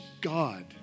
God